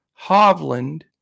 Hovland